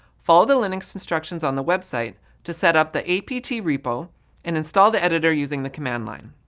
follow the linux instructions on the website to set up the apt repo and install the editor using the command line.